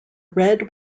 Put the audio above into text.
red